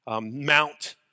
Mount